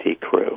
crew